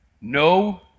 no